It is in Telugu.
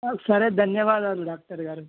సరే ధన్యవాదాలు డాక్టర్గారు